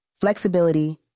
Flexibility